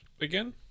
again